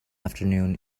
afternoon